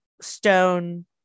stone